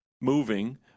moving